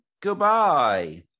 goodbye